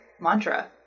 mantra